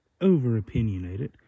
Overopinionated